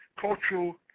cultural